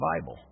Bible